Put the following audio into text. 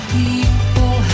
people